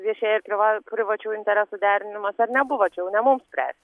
viešieji priva privačių interesų derinimas ar nebuvo čia jau ne mums spręst